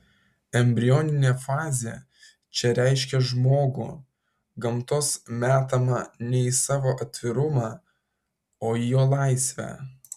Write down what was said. embrioninė fazė čia reiškia žmogų gamtos metamą ne į savo atvirumą o į jo laisvę